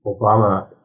Obama